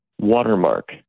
watermark